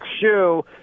shoe